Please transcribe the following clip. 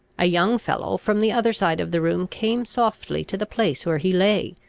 a young fellow from the other side of the room came softly to the place where he lay,